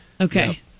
okay